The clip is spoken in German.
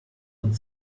und